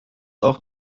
auch